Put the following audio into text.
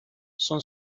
son